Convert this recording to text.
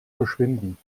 verschwinden